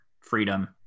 freedom